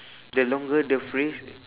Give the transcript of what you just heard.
the longer the phrase